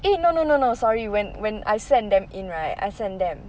eh no no no no sorry when when I send them in right I send them